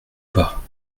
pas